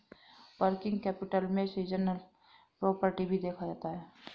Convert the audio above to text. working capital में seasonal profit भी देखा जाता है